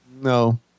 No